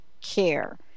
care